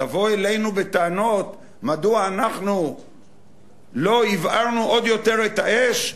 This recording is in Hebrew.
לבוא אלינו בטענות מדוע אנחנו לא הבערנו עוד יותר את האש,